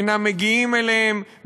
אינם מגיעים אליהם,